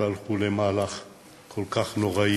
והלכו למהלך כל כך נורא,